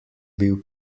bil